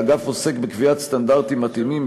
האגף עוסק בקביעת סטנדרטים מתאימים,